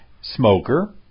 smoker